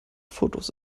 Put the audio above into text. fotos